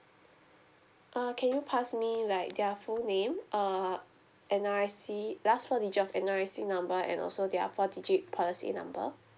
uh can you pass me like their full name uh N_R_I_C last four digit of N_R_I_C number and also their four digit policy number